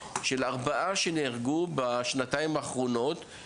ארבעה מקרים של נערים שנהרגו בתאונות עבודה בשנתיים האחרונות.